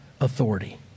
authority